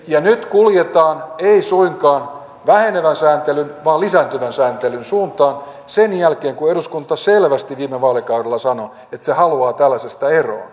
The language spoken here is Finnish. ja nyt kuljetaan ei suinkaan vähenevän sääntelyn vaan lisääntyvän sääntelyn suuntaan sen jälkeen kun eduskunta selvästi viime vaalikaudella sanoi että se haluaa tällaisesta eroon